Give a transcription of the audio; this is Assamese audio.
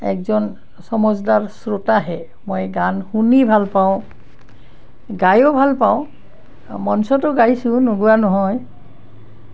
একজন চমজদাৰ শ্ৰোতাহে মই গান শুনি ভাল পাওঁ গায়ো ভাল পাওঁ মঞ্চটো গাইছোঁ নোগোৱা নহয়